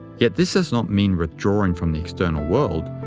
yet this does not mean withdrawing from the external world,